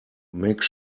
make